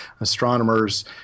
astronomers